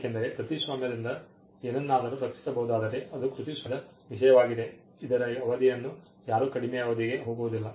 ಏಕೆಂದರೆ ಕೃತಿಸ್ವಾಮ್ಯದಿಂದ ಏನನ್ನಾದರೂ ರಕ್ಷಿಸಬಹುದಾದರೆ ಅದು ಕೃತಿಸ್ವಾಮ್ಯದ ವಿಷಯವಾಗಿದೆ ಇದರ ಅವಧಿಯನ್ನು ಯಾರೂ ಕಡಿಮೆ ಅವಧಿಗೆ ಹೋಗುವುದಿಲ್ಲ